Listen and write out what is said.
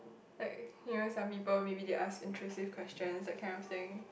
like you know some people maybe they ask intrusive questions that kind of thing